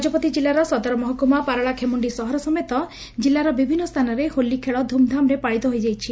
ଗଜପତି ଜିଲ୍ଲାର ସଦର ମହକୁମା ପାରଳାଖେମୁଖ୍ଖି ସହର ସମେତ ଜିଲ୍ଲାର ବିଭିନ୍ନ ସ୍ଥାନରେ ହୋଲି ଖେଳ ଧୁମ୍ଧାମ୍ରେ ପାଳିତ ହୋଇଯାଇଛି